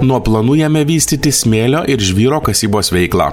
nuo planų jame vystyti smėlio ir žvyro kasybos veiklą